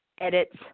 edits